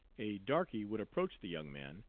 a darkey would approach the young man,